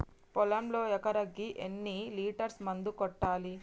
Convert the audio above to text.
పొలంలో ఎకరాకి ఎన్ని లీటర్స్ మందు కొట్టాలి?